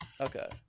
Okay